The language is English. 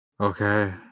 Okay